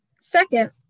Second